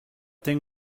thing